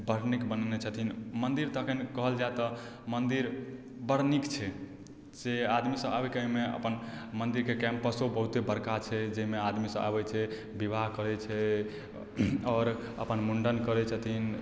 बड़ नीक बनेने छथिन मन्दिर तऽ एखन कहल जाइ तऽ मन्दिर बड़ नीक छै से आदमी सब आबिके ओइमे अपन मन्दिरके कैम्पसो बहुते बड़का छै जइमे आदमी सब आबय छै विवाह करय छै आओर अपन मुण्डन करय छथिन